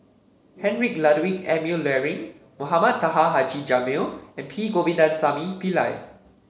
Heinrich Ludwig Emil Luering Mohamed Taha Haji Jamil and P Govindasamy Pillai